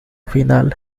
final